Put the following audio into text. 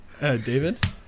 David